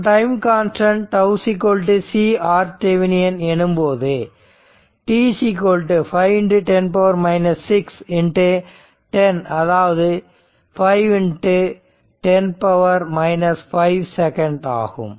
மற்றும் time constant τ CRThevenin எனும்போது τ 510 6 10 அதாவது 510 5 செகண்ட் ஆகும்